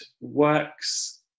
works